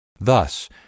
Thus